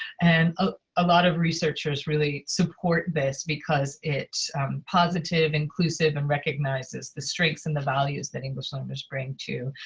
and ah a lot of researchers really support this because it's positive, inclusive, and recognizes the strengths and the values that english learners bring to